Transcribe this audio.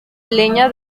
leña